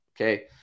okay